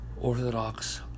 Orthodox